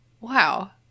wow